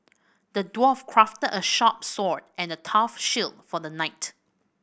the dwarf crafted a sharp sword and a tough shield for the knight